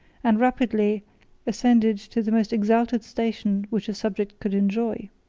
and rapidly ascended to the most exalted station which a subject could enjoy.